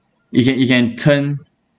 it can it can turn